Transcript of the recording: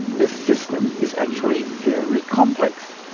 this system is actually very complex.